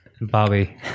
Bobby